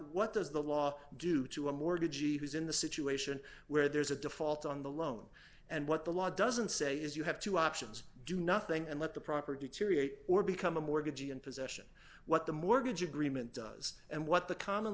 what does the law do to a mortgagee who's in the situation where there's a default on the loan and what the law doesn't say is you have two options do nothing and let the proper deteriorate or become a mortgagee in possession what the mortgage agreement does and what the common